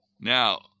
Now